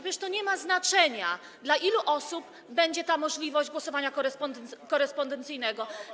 Przecież to nie ma znaczenia, dla ilu osób będzie ta możliwość głosowania korespondencyjnego.